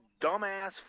dumbass